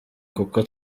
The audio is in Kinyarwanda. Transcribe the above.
kuko